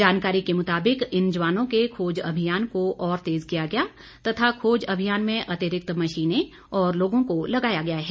जानकारी के मुताबिक इन जवानों के खोज अभियान को और तेज किया गया तथा खोज अभियान में अतिरिक्त मशीने और लोगों को लगाया गया है